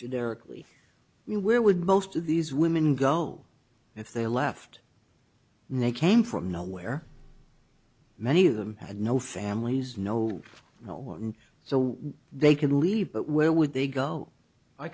generically we where would most of these women go if they left and they came from nowhere many of them had no families no one so they could leave but where would they go i